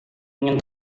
ingin